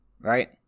right